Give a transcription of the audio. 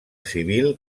civil